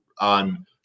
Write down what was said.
on